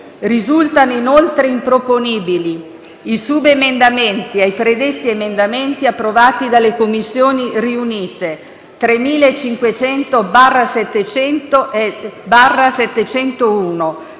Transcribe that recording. Risultano inoltre improponibili i subemendamenti ai predetti emendamenti approvati dalle Commissioni riunite: 3.500/700